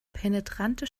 penetrante